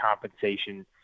compensation